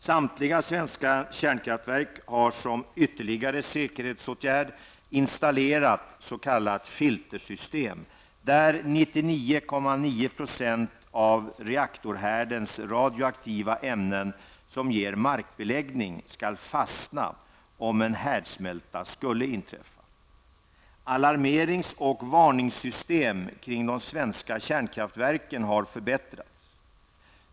Samtliga svenska kärnkraftverk har som ytterligare säkerhetsåtgärd installerat s.k. filtersystem, där 99,9 % av reaktorhärdens radioaktiva ämnen som ger markbeläggning skall fastna om en härdsmälta skulle inträffa. -- Alarmerings och varningssystemen kring de svenska kärnkraftverken har förbättrats.